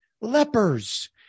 lepers